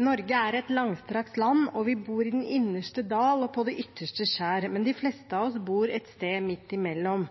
Norge er et langstrakt land. Vi bor i den innerste dal og på det ytterste skjær, men de fleste av oss bor et sted midt imellom.